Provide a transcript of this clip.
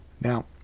now